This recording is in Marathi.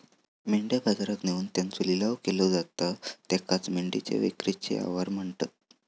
मेंढ्या बाजारात नेऊन त्यांचो लिलाव केलो जाता त्येकाचं मेंढी विक्रीचे आवार म्हणतत